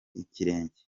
ikirenge